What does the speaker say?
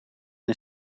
een